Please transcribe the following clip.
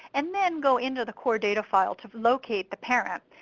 and then go into the core data file to locate the parent.